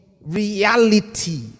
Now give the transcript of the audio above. reality